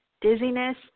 dizziness